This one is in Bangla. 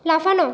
লাফানো